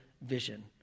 vision